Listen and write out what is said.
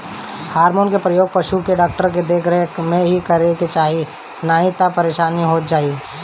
hormone के प्रयोग पशु के डॉक्टर के देख रेख में ही करे के चाही नाही तअ परेशानी हो जाई